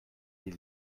die